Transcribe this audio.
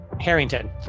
Harrington